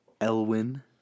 Elwin